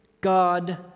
God